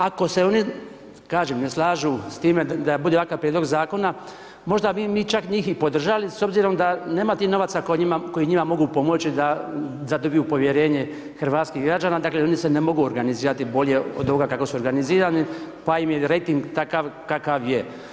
Ako se oni, kažem, ne slažu s time da bude ovakav prijedlog Zakona, možda bi mi čak njih i podržali s obzirom da nema tih novaca koji njima mogu pomoći da zadobiju povjerenje hrvatskih građana, dakle, oni se ne mogu organizirati bolje od ovoga kako su organizirani, pa im je rejting takav kakav je.